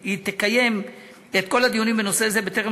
היא תקיים את כל הדיונים בנושא זה בטרם